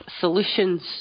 solutions